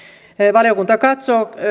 valiokunta